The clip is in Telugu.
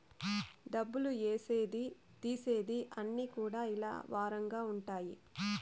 డబ్బులు ఏసేది తీసేది అన్ని కూడా ఇలా వారంగా ఉంటాయి